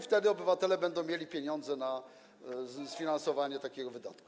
Wtedy obywatele będą mieli pieniądze na sfinansowanie takiego wydatku.